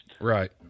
Right